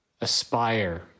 aspire